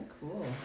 cool